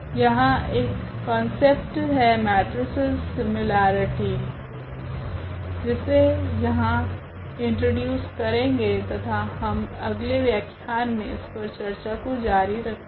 यहाँ एक कान्सैप्ट है मेट्रिसेस सिमिलारेटी जिसे यहाँ इंट्रड्यूस करेगे तथा हम अगले व्याख्यान मे इस पर चर्चा को जारी रखेगे